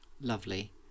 Lovely